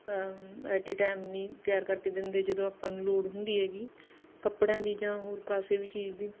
at a time ਨਹੀਂ ਤਿਆਰ ਕਰਕੇ ਦਿੰਦੇ ਜਦੋਂ ਆਪਾਂ ਨੂੰ ਲੋੜ ਹੁੰਦੀ ਹੈਗੀ ਕੱਪੜਿਆਂ ਦੀ ਜਾਂ ਹੋਰ ਕਿਸੇ ਵੀ ਚੀਜ਼ ਦੀ